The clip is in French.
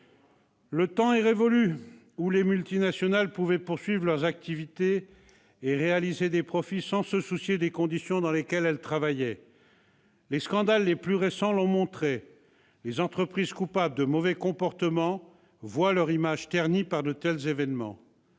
Le temps est révolu où les multinationales pouvaient poursuivre leurs activités et réaliser des profits sans se soucier des conditions dans lesquelles elles travaillaient. Les scandales les plus récents l'ont montré : les entreprises coupables de mauvais comportements voient leur image ternie par de tels événements.